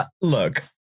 look